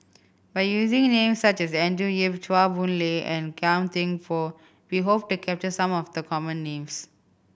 by using names such as Andrew Yip Chua Boon Lay and Gan Thiam Poh we hope to capture some of the common names